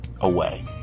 away